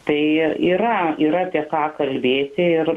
tai yra yra apie ką kalbėti ir